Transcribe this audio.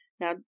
Now